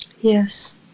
Yes